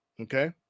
Okay